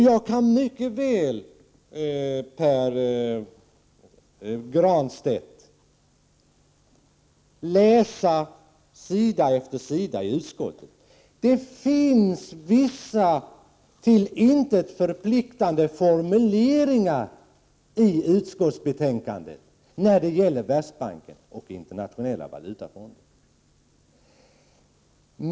Jag kan mycket väl läsa sida efter sida i utskottsbetänkandet, Pär Granstedt. Det finns när det gäller Världsbanken och Internationella valutafonden vissa till intet förpliktande formuleringar i utskottsbetänkandet.